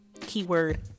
Keyword